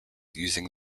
using